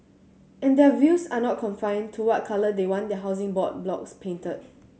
and their views are not confined to what colour they want their Housing Board blocks painted